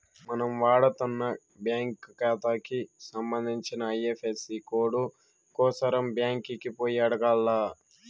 మనం వాడతన్న బ్యాంకు కాతాకి సంబంధించిన ఐఎఫ్ఎసీ కోడు కోసరం బ్యాంకికి పోయి అడగాల్ల